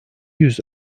yüz